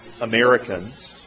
Americans